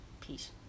Peace